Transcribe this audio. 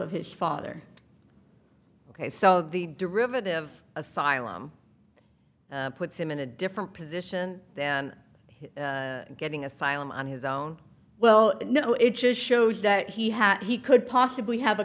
of his father ok so the derivative of asylum puts him in a different position than getting asylum on his own well no it just shows that he has he could possibly have a